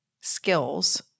skills